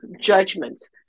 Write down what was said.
judgments